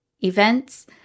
events